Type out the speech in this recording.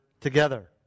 together